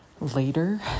later